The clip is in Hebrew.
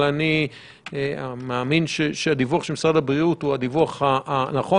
אבל אני מאמין שהדיווח של משרד הבריאות הוא הדיווח הנכון